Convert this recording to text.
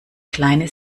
kleine